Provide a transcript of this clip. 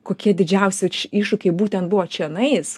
kokie didžiausi iššūkiai būtent buvo čionais